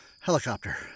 helicopter